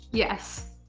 yes,